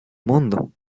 mundo